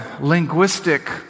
linguistic